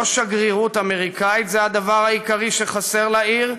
לא שגרירות אמריקנית זה הדבר העיקרי שחסר לעיר,